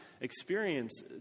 experience